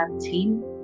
team